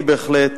אני בהחלט